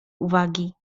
uwagi